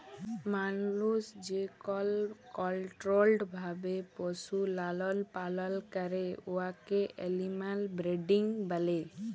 মালুস যেকল কলট্রোল্ড ভাবে পশুর লালল পালল ক্যরে উয়াকে এলিম্যাল ব্রিডিং ব্যলে